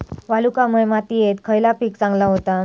वालुकामय मातयेत खयला पीक चांगला होता?